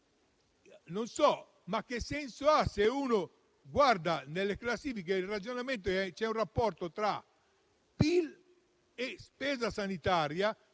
Però che senso ha? Se uno guarda le classifiche, il ragionamento è sul rapporto tra PIL e spesa sanitaria;